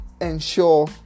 ensure